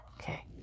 Okay